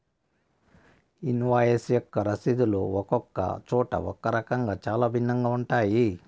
invoice యొక్క రసీదులు ఒక్కొక్క చోట ఒక్కో రకంగా చాలా భిన్నంగా ఉంటాయి